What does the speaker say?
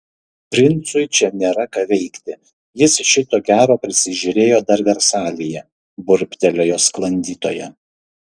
princui čia nėra ką veikti jis šito gero prisižiūrėjo dar versalyje burbtelėjo sklandytoja